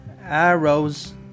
Arrows